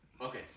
Okay